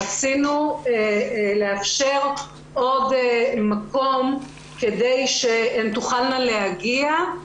רצינו לאפשר עוד מקום כדי שהן תוכלנה להגיע אליו.